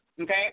okay